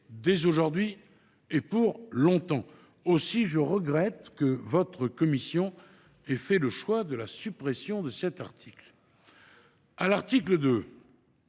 dès aujourd’hui et pour longtemps. Aussi, je regrette que votre commission ait fait le choix de supprimer cet article. À l’article 2,